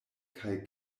kaj